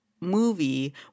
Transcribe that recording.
movie